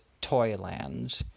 Toyland